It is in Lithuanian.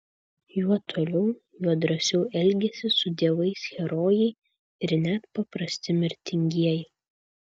juo toliau juo drąsiau elgiasi su dievais herojai ir net paprasti mirtingieji